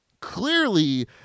clearly